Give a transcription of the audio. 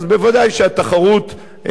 ודאי שהתחרות,